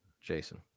Jason